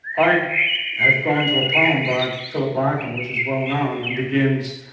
i have gone to a poem by philip larkin which is well known and begins,